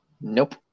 nope